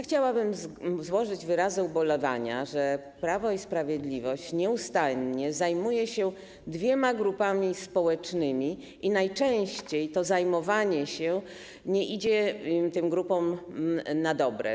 Chciałabym złożyć wyrazy ubolewania, że Prawo i Sprawiedliwość nieustannie zajmuje się dwiema grupami społecznymi i najczęściej to zajmowanie się nie wychodzi tym grupom na dobre.